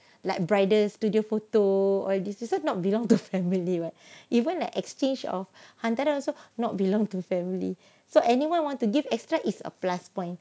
like bridal studio photo or this not belong to family right even the exchange of hantaran also not belong to family so anyone want to give extra is a plus point